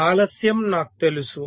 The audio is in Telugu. ఆలస్యం నాకు తెలుసు